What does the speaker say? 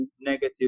negative